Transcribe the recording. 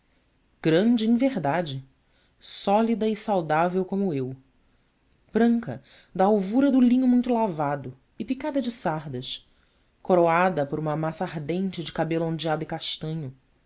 em verdade sólida e saudável como eu branca da alvura do linho muito lavado e picada de sardas coroada por uma massa ardente de cabelo ondeado e castanho